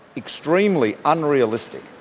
extremely unrealistic,